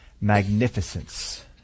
magnificence